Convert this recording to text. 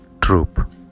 troop